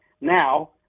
Now